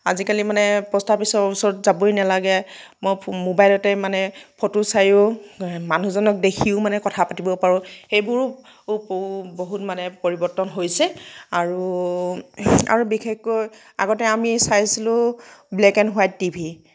আজিকালি মানে প'ষ্ট অফিচৰ ওচৰত যাবই নালাগে মই ম'বাইলতে মানে ফটো চায়ো মানুহজনক দেখিও মানে কথা পাতিব পাৰোঁ সেইবোৰো বহুত মানে পৰিৱৰ্তন হৈছে আৰু আৰু বিশেষকৈ আগতে আমি চাইছিলোঁ ব্লেক এণ্ড হোৱাইট টিভি